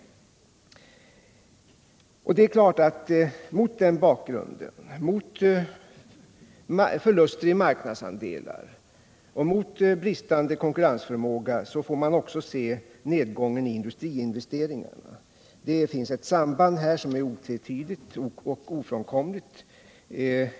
Mot denna bakgrund av förluster i marknadsandelar och bristande konkurrensförmåga får man också se nedgången i industriinvesteringarna. Det finns här ett samband som är otvetydigt och ofrånkomligt.